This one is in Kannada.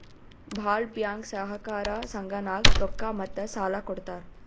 ಭಾಳ್ ಬ್ಯಾಂಕ್ ಸಹಕಾರ ಸಂಘನಾಗ್ ರೊಕ್ಕಾ ಮತ್ತ ಸಾಲಾ ಕೊಡ್ತಾರ್